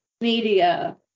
media